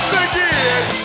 again